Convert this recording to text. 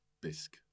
Bisque